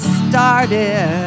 started